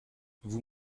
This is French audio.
vous